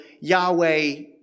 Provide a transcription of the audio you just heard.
Yahweh